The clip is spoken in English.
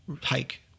hike